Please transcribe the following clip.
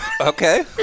Okay